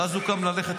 ואז הוא קם ללכת.